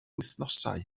wythnosau